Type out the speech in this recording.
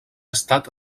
estat